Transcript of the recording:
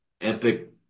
epic